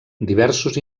diversos